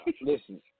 listen